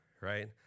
Right